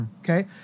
Okay